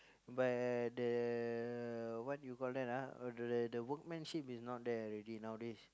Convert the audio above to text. but the what you call that ah the the workmanship is not there already nowadays